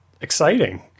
exciting